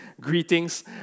greetings